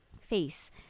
face